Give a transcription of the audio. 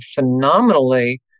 phenomenally